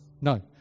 No